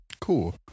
Cool